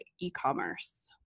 e-commerce